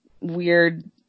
weird